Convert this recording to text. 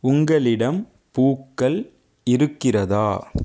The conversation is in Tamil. உங்களிடம் பூக்கள் இருக்கிறதா